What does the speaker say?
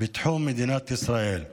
בתחום מדינת ישראל.